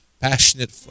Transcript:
passionate